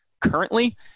currently